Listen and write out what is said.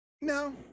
no